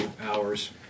hours